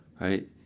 right